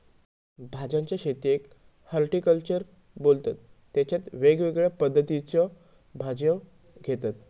भाज्यांच्या शेतीयेक हॉर्टिकल्चर बोलतत तेच्यात वेगवेगळ्या पद्धतीच्यो भाज्यो घेतत